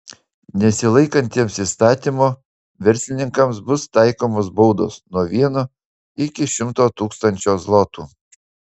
nesilaikantiems įstatymo verslininkams bus taikomos baudos nuo vieno iki šimto tūkstančio zlotų